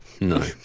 No